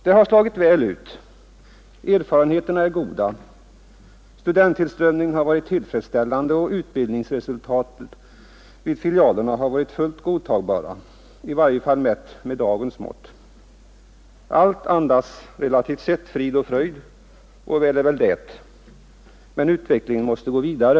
Det har slagit väl ut, erfarenheterna är goda, studenttillströmningen har varit tillfredsställande och utbildningsresultaten vid filialerna har varit fullt godtagbara — i varje fall mätt med dagens mått. Allt andas, relativt sett, frid och fröjd, och väl är väl det. Men utvecklingen måste gå vidare.